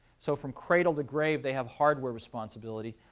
so from cradle to grave, they have hardware responsibility.